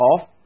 off